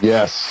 Yes